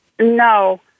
No